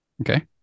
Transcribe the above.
okay